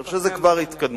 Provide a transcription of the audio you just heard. אני חושב שזאת כבר התקדמות,